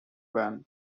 van